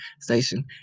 Station